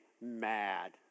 mad